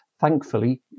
thankfully